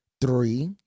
Three